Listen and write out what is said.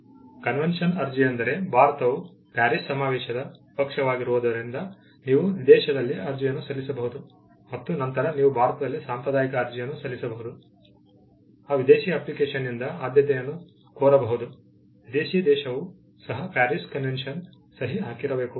convention ಅರ್ಜಿಯೆಂದರೆ ಭಾರತವು Paris ಸಮಾವೇಶದ ಪಕ್ಷವಾಗಿರುವುದರಿಂದ ನೀವು ವಿದೇಶದಲ್ಲಿ ಅರ್ಜಿಯನ್ನು ಸಲ್ಲಿಸಬಹುದು ಮತ್ತು ನಂತರ ನೀವು ಭಾರತದಲ್ಲಿ ಸಾಂಪ್ರದಾಯಿಕ ಅರ್ಜಿಯನ್ನು ಸಲ್ಲಿಸಬಹುದು ಆ ವಿದೇಶಿ ಅಪ್ಲಿಕೇಶನ್ನಿಂದ ಆದ್ಯತೆಯನ್ನು ಕೋರಬಹುದು ವಿದೇಶಿ ದೇಶವೂ ಸಹ ಪ್ಯಾರಿಸ್ ಕನ್ವೆನ್ಷನ್ಗೆ ಸಹಿ ಹಾಕಿರಬೇಕು